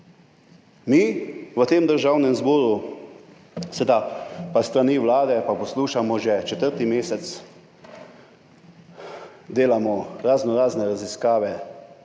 Mi v tem državnem zboru pa s strani vlade poslušamo že četrti mesec: delamo raznorazne raziskave,